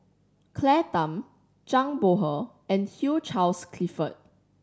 Claire Tham Zhang Bohe and Hugh Charles Clifford